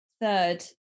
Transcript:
third